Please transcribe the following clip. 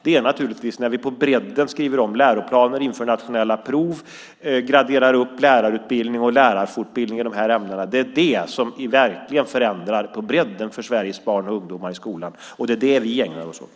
Det är naturligtvis när vi på bredden skriver om läroplanen, inför nationella prov och graderar upp lärarutbildning och lärarfortbildning i de här ämnena som vi verkligen förändrar på bredden för Sveriges barn och ungdomar i skolan. Det är det vi ägnar oss åt.